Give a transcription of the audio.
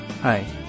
Hi